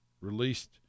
released